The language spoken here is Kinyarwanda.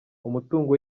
umutungo